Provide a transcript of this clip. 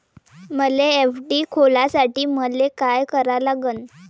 मले एफ.डी खोलासाठी मले का करा लागन?